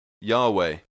Yahweh